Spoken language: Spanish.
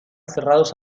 cerrados